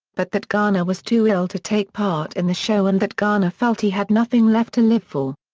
but that garner was too ill to take part in the show and that garner felt he had nothing left to live for.